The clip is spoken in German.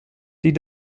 die